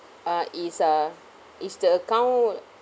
uh is err is the account